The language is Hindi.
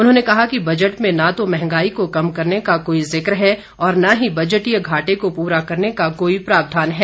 उन्होंने कहा कि बजट में न तो महंगाई को कम करने का कोई जिक्र है और न ही बजटीय घाटे को पूरा करने का कोई प्रावधान है